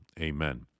Amen